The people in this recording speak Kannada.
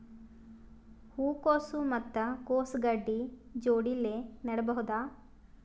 ಹೂ ಕೊಸು ಮತ್ ಕೊಸ ಗಡ್ಡಿ ಜೋಡಿಲ್ಲೆ ನೇಡಬಹ್ದ?